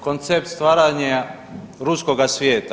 Koncept stvaranja ruskoga svijeta.